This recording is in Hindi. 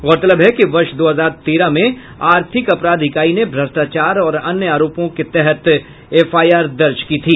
गौरतलब है कि वर्ष दो हजार तेरह में आर्थिक अपराध ईकाई ने भ्रष्टाचार और अन्य आरोपों के तहत एफआईआर की थी